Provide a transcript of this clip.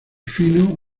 fino